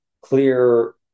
clear